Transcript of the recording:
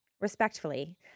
Respectfully